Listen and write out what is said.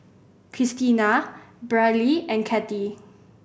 Kristina Brylee and Kattie